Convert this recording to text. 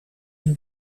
het